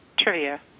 Trivia